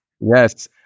Yes